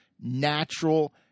natural –